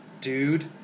Dude